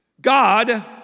God